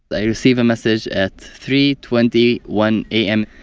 i receive a message at three twenty one am.